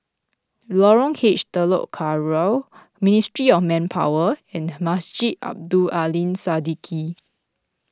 Lorong H Telok Kurau Ministry of Manpower and Masjid Abdul Aleem Siddique